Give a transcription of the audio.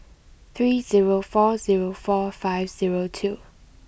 three zero four zero four five zero two